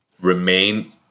remain